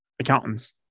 accountants